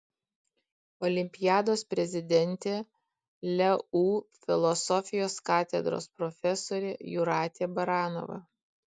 olimpiados prezidentė leu filosofijos katedros profesorė jūratė baranova